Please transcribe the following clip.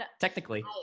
Technically